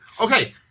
Okay